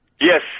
Yes